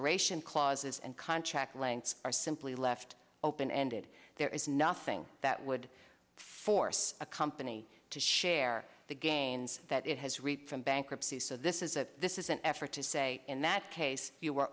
duration clauses and contract lengths are simply left open ended there is nothing that would force a company to share the gains that it has read from bankruptcy so this is a this is an effort to say in that case you were